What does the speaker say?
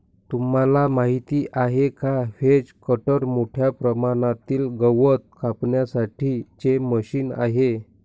तुम्हाला माहिती आहे का? व्हेज कटर मोठ्या प्रमाणातील गवत कापण्यासाठी चे मशीन आहे